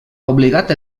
obligat